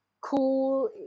cool